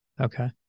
Okay